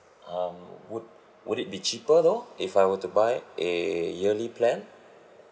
um would would it be cheaper though if I were to buy a yearly plan